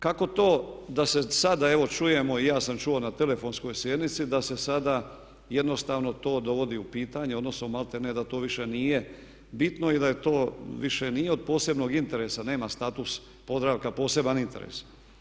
Kako to da se, evo sada evo čujemo i ja sam čuo na telefonskoj sjednici da se sada jednostavno to dovodi u pitanje odnosno malterne da to više nije bitno i da je to, više nije od posebnog interesa, nema status Podravka poseban interes.